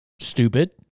stupid